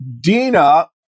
Dina